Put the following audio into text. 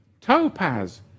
Topaz